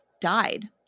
died